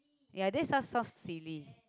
ya that sounds so silly